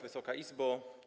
Wysoka Izbo!